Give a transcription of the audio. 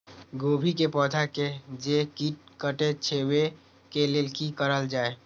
गोभी के पौधा के जे कीट कटे छे वे के लेल की करल जाय?